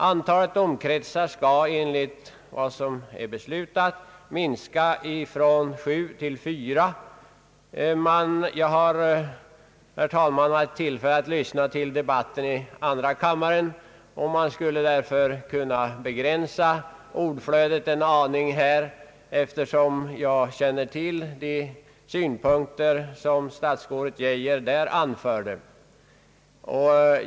Antalet domkretsar skall enligt vad som är beslutat minska från sju till fyra. Jag har, herr talman, haft tillfälle att lyssna till debatten i andra kammaren och skulle därför kunna begränsa ordflödet en aning här, eftersom jag känner till de synpunkter som statsrådet Geijer där anförde.